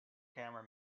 camera